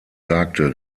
sagte